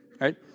right